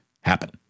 happen